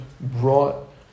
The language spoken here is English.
brought